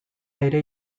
ere